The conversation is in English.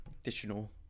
additional